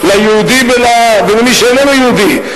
ליהודי ולמי שאיננו יהודי,